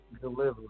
delivery